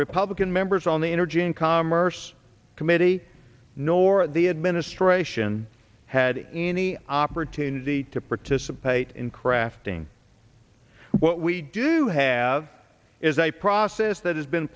republican members on the energy and commerce committee nor the administration had any opportunity to participate in crafting what we do have is a process that has been